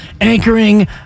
Anchoring